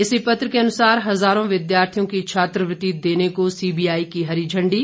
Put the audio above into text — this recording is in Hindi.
इसी पत्र के अनुसार हजारों विद्यार्थियों की छात्रवृत्ति देने को सीबीआई की हरी झंडी